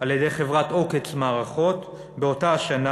על-ידי חברת "עוקץ מערכות" באותה השנה